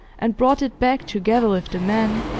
and brought it back, together with the men,